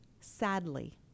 sadly